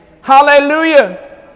Hallelujah